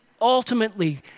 ultimately